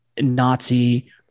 nazi